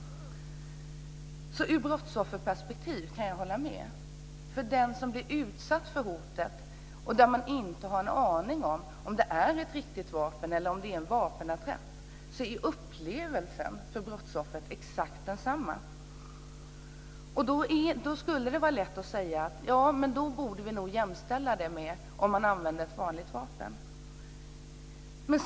Ur brottsofferperspektiv kan jag hålla med. Upplevelsen för brottsoffret som blir utsatt för hotet och inte har någon aning om det är ett riktigt vapen eller en vapenattrapp är exakt densamma. Då skulle det vara lätt att säga att användning av attrapp borde jämställas med att använda ett vanligt vapen.